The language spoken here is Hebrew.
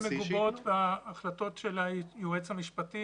האלה מגובות בהחלטות של היועץ המשפטי